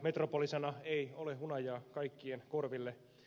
metropoli sana ei ole hunajaa kaikkien korville